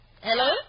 Hello